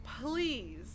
Please